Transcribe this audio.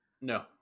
No